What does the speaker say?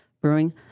Brewing